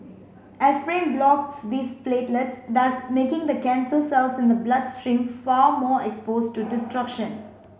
aspirin blocks these platelets thus making the cancer cells in the bloodstream far more exposed to destruction